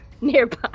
nearby